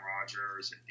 Rogers